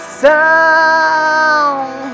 sound